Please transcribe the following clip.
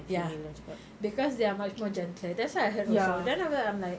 ya because they are much more gentler that's what I heard also then after that I'm like